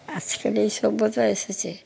আজকের এই সভ্যতায় এসেছে